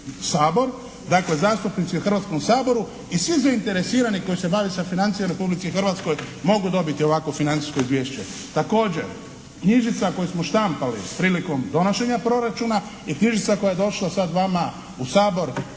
sabor dakle, zastupnici u Hrvatskom saboru i svi zainteresirani koji se bave sa financijama u Republici Hrvatskoj mogu dobiti ovakvo financijsko izvješće. Također, knjižica koju smo štampali prilikom donošenja proračuna i knjižica koja je došla sad vama u Sabor